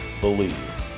believe